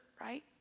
right